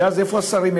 ואז איפה השרים?